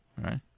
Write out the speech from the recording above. right